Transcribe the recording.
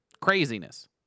Craziness